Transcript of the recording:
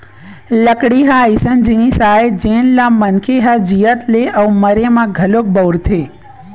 लकड़ी ह अइसन जिनिस आय जेन ल मनखे ह जियत ले अउ मरे म घलोक बउरथे